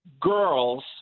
girls